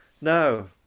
no